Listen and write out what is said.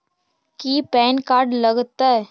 की PAN card लग तै?